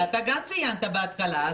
--- גם אתה ציינת בהתחלה,